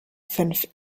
fünf